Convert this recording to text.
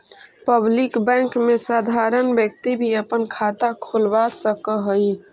public bank में साधारण व्यक्ति भी अपना खाता खोलवा सकऽ हइ